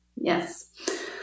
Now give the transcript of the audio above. Yes